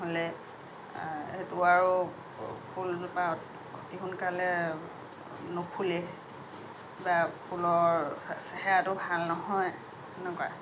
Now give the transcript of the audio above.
নহ'লে সেইটো আৰু ফুলজোপা অতি সোনকালে নুফুলে বা ফুলৰ চেহেৰাটো ভাল নহয় সেনেকুৱা